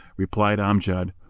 replied amjad,